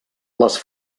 les